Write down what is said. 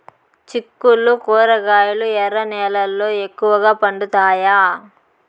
చిక్కుళ్లు కూరగాయలు ఎర్ర నేలల్లో ఎక్కువగా పండుతాయా